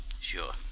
Sure